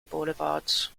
boulevard